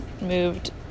moved